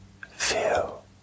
feel